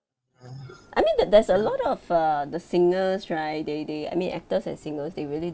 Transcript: I mean there there's a lot of err the singers right they they I mean actors and singers they really